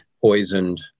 poisoned